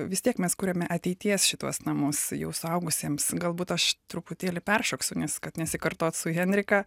vis tiek mes kuriame ateities šituos namus jau suaugusiems galbūt aš truputėlį peršoksiu nes kad nesikartot su henrika